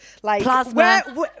Plasma